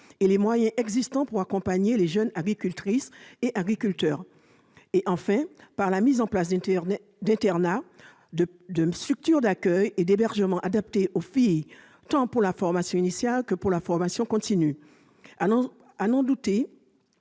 et les moyens existant pour accompagner les jeunes agricultrices et agriculteurs ; en créant, enfin, des internats et des structures d'accueil et d'hébergement adaptés aux filles, tant en formation initiale qu'en formation continue. À n'en pas douter,